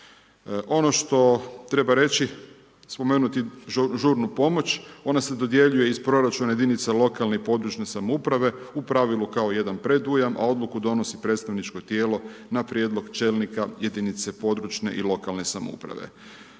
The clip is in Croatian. Ono što treba reći, spomenuti žurnu pomoć, ona se dodjeljuje iz proračuna jedinica lokalne i područne samouprave u pravilu kao jedan predujam a odluku donosi predstavničko tijelo na prijedlog čelnika jedinice područne i lokalne samouprave.